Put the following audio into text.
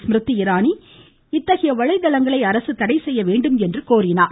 ஸ்மிர்தி இராணி அத்தகைய வலைதளங்களை அரசு தடை செய்ய வேண்டும் என்று அவர் கூறினார்